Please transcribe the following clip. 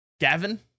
Gavin